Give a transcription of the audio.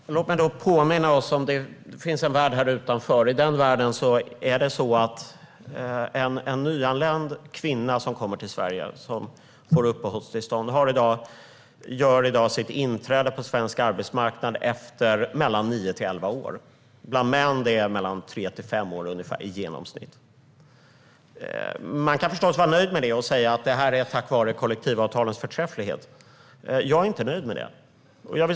Herr talman! Låt mig påminna om att det finns en värld här utanför. I den världen gör en kvinna som nyligen har anlänt till Sverige, får uppehållstillstånd, sitt inträde på svensk arbetsmarknad efter nio till elva år. Bland männen är det tre till fem år i genomsnitt. Man kan förstås vara nöjd och säga att det är tack vare kollektivavtalens förträfflighet. Men jag är inte nöjd.